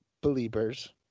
believers